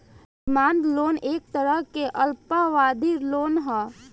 demand loan एक तरह के अल्पावधि लोन ह